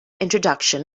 introduction